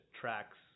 tracks